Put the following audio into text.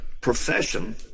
profession